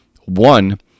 one